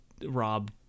Rob